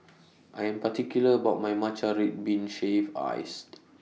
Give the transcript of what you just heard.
I Am particular about My Matcha Red Bean Shaved Iced